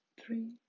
three